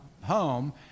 home